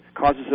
causes